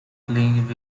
playing